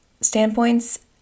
standpoints